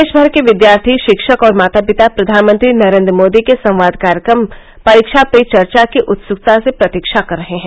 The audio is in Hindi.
देशभर के विद्यार्थी शिक्षक और माता पिता प्रधानमंत्री नरेन्द्र मोदी के संवाद कार्यक्रम परीक्षा पर चर्चा की उत्सुकता से प्रतीक्षा कर रहे हैं